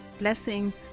Blessings